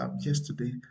yesterday